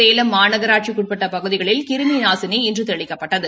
சேலம் மாநகராட்சிக்கு உட்பட்ட பகுதிகளில் கிருமி நாசினி இன்று தெளிக்கப்பட்டது